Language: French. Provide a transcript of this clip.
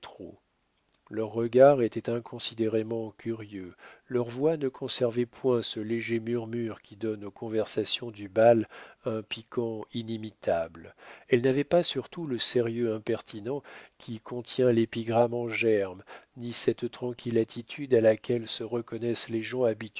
leurs regards étaient inconsidérément curieux leurs voix ne conservaient point ce léger murmure qui donne aux conversations du bal un piquant inimitable elles n'avaient pas surtout le sérieux impertinent qui contient l'épigramme en germe ni cette tranquille attitude à laquelle se reconnaissent les gens